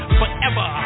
forever